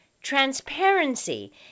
transparency